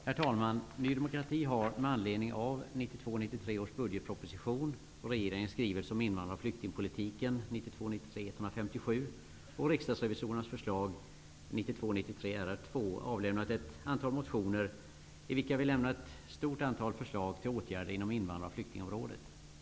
Herr talman! Ny demokrati har med anledning av 92/93:RR2 avlämnat ett antal motioner i vilka Ny demokrati lämnar ett stort antal förslag till åtgärder inom invandrar och flyktingområdet.